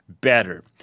better